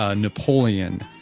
ah napoleon,